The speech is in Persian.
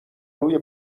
روی